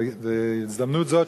בהזדמנות זו,